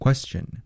Question